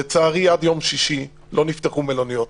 לצערי עד יום שישי לא נפתחו מלוניות.